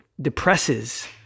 depresses